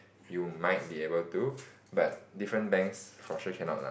you might be able to but different banks for sure cannot lah